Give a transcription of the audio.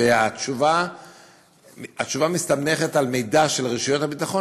והתשובה מסתמכת על מידע של רשויות הביטחון,